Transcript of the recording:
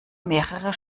mehrere